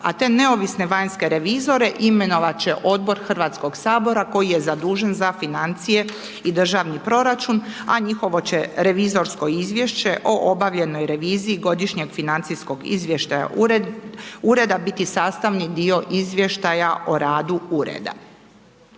a te neovisne vanjske revizore imenovat će odbor HS koji je zadužen za financije i državni proračun, a njihovo će revizorsko izvješće o obavljenoj reviziji godišnjeg financijskog izvještaja ureda biti sastavni dio izvještaja o radu ureda.